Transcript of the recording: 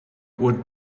would